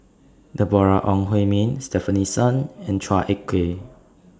Deborah Ong Hui Min Stefanie Sun and Chua Ek Kay